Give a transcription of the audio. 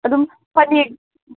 ꯑꯗꯨꯝ ꯐꯅꯦꯛ